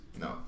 no